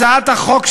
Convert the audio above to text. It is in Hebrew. הצעת החוק,